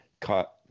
caught